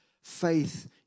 Faith